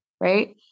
right